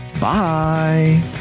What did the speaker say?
Bye